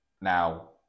Now